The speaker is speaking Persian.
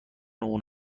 اون